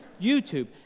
YouTube